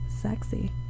Sexy